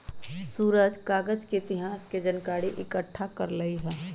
सुरेश कागज के इतिहास के जनकारी एकट्ठा कर रहलई ह